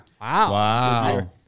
wow